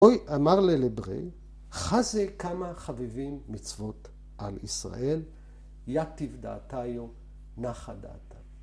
‫אוי, אמר ללברי, ‫חזה כמה חביבים מצוות על ישראל. ‫יתיב דעתיו נחה דעתם.